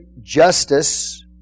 justice